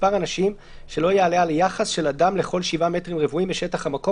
מספר אנשים שלא יעלה על יחס של אדם לכל שבעה מטרים רבועים בשטח המקום